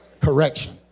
correction